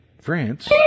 France